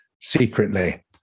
secretly